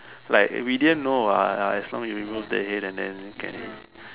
like we didn't know what as long as you remove the head then can eat